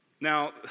Now